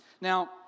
Now